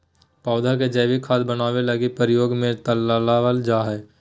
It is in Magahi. पौधा के जैविक खाद बनाबै लगी भी प्रयोग में लबाल जा हइ